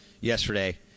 yesterday